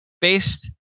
based